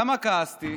למה כעסתי,